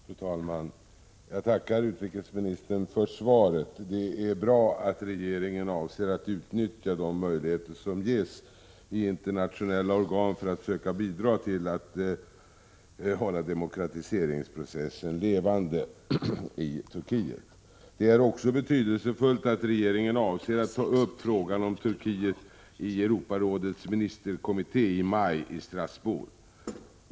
Fru talman! Jag tackar utrikesministern för svaret. Det är bra att regeringen avser att utnyttja de möjligheter som ges i internationella organ för att söka bidra till att hålla demokratiseringsprocessen levande i Turkiet. Det är också betydelsefullt att regeringen avser att ta upp frågan om Turkiet i Europarådets ministerkommitté i maj i Strasbourg.